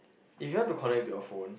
if you want to connect to your phone